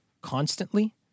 constantly